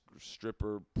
stripper